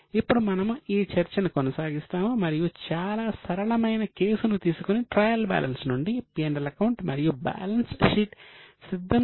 ఇప్పుడు మనము ఈ చర్చను కొనసాగిస్తాము మరియు చాలా సరళమైన కేసును తీసుకొని ట్రయల్ బ్యాలెన్స్ నుండి P L అకౌంట్ మరియు బ్యాలెన్స్ షీట్ సిద్ధం చేయడానికి ప్రయత్నిస్తాము